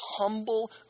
humble